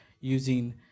using